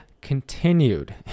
continued